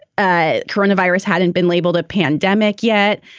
ah coronavirus hadn't been labeled a pandemic yet.